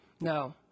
No